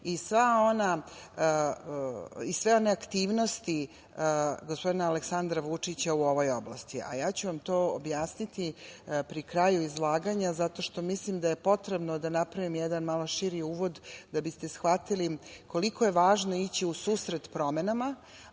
i sve one aktivnosti gospodina Aleksandra Vučića u ovoj oblasti. A ja ću vam to objasniti pri kraju izlaganja, zato što mislim da je potrebno da napravim jedan malo širi uvod, da biste shvatili koliko je važno ići u susret promenama,